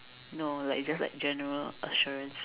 no like you just like general assurance